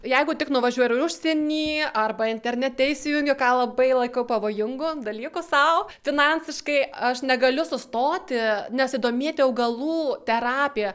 jeigu tik nuvažiuoju ir užsieny arba internete įsijungiu ką labai laikau pavojingu dalyku sau finansiškai aš negaliu sustoti nesidomėti augalų terapija